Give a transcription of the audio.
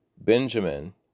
Benjamin